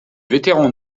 vétérans